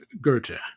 Goethe